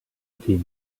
fatima